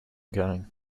going